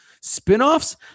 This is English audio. Spinoffs